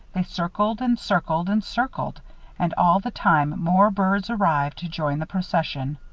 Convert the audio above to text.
they circled and circled and circled and all the time more birds arrived to join the procession.